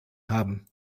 haben